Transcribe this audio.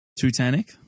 Titanic